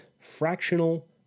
fractional